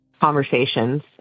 conversations